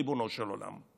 ריבונו של עולם,